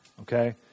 okay